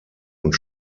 und